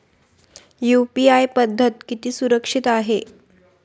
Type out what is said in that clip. UPI पद्धत किती सुरक्षित आहे?